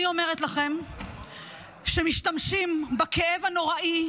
אני אומרת לכם שמשתמשים בכאב הנוראי,